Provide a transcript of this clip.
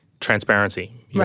transparency